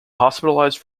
hospitalized